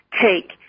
take